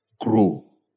grow